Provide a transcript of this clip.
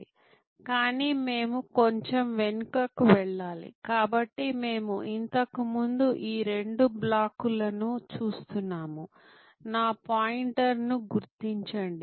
కానీ మేము కొంచెం వెనుకకు వెళ్ళాలి కాబట్టి మేము ఇంతకుముందు ఈ రెండు బ్లాకులను చూస్తున్నాము నా పాయింటర్ను గుర్తించండి